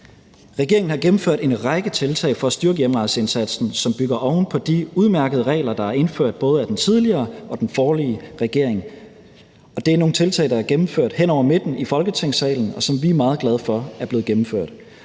Regeringen har gennemført en række tiltag for at styrke hjemrejseindsatsen, som bygger oven på de udmærkede regler, der er indført både af den tidligere og den forrige regering. Det er nogle tiltag, der er gennemført hen over midten i Folketingssalen, og som vi er meget glade for er blevet gennemført.